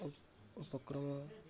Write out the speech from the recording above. ଏବଂ